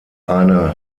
eine